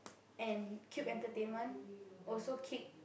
and Cube Entertainment also kick